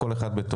כול אחד בתורו.